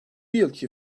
yılki